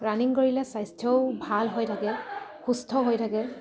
running কৰিলে স্বাস্থ্যও ভাল হৈ থাকে সুস্থ হৈ থাকে